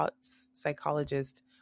psychologist